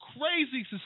crazy